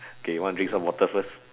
K you want to drink some water first